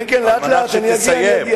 כן כן, לאט לאט, כשאני אגיע